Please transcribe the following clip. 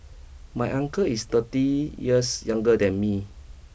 my uncle is thirty years younger than me